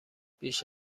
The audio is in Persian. بیش